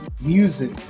music